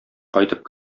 кайтып